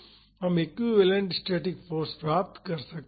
तो हम equivalent static force पा सकते हैं